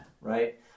right